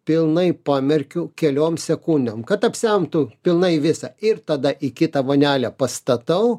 pilnai pamerkiu keliom sekundėm kad apsemtų pilnai visą ir tada į kitą vonelę pastatau